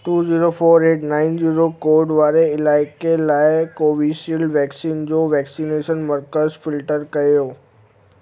two zero four eight nine zero code वारे इलाइक़े लाइ कोवीशील्ड वैक्सीन जो वैक्सनेशन मर्कज़ु फिल्टर कयो